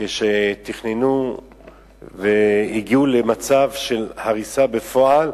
כשתכננו והגיעו למצב של הריסה בפועל,